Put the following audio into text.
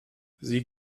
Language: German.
sie